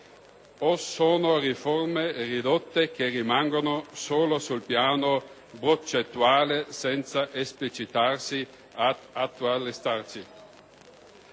o sono riforme ridotte, che rimangono solo sul piano progettuale, senza esplicitarsi ed attualizzarsi.